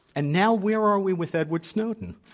and now where are we with edward snowden?